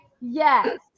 Yes